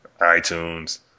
iTunes